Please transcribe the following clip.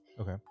Okay